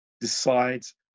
decides